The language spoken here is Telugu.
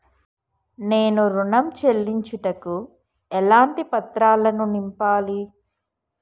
నేను ఋణం చెల్లించుటకు ఎలాంటి పత్రాలను నింపాలి?